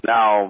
Now